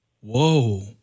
Whoa